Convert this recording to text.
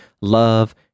love